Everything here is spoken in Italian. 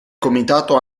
comitato